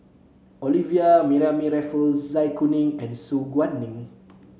Olivia Mariamne Raffles Zai Kuning and Su Guaning